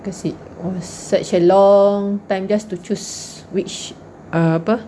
cause it was such a long time just to choose which err apa